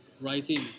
writing